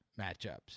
matchups